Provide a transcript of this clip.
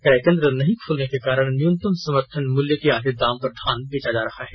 क्रय केंद्र नहीं ख्लने के कारण न्यूनतम समर्थन मूल्य के आधे दाम पर धान बेचा जा रहा है